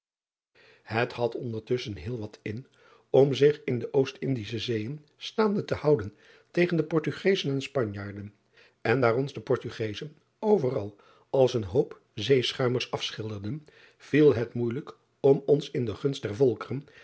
et had ondertusschen heel wat in om zich in de ostindische eeën staande te houden tegen de ortugezen en panjaarden en daar ons de ortugezen overal als een hoop zeeschuimers afschilderden viel het moeijelijk om ons in de gunst der volkeren